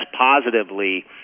positively